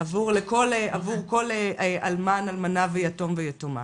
עבור כל אלמן, אלמנה ויתום ויתומה.